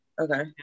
Okay